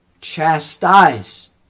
chastise